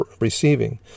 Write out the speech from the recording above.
receiving